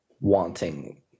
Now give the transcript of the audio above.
wanting